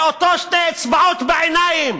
זה אותן שתי אצבעות בעיניים